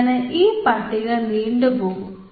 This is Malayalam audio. അങ്ങനെ ഈ പട്ടിക നീണ്ടുപോകും